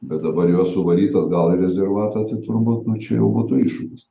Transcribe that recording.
bet dabar juos suvaryt atgal į rezervatą tai turbūt na čia jau būtų iššūkis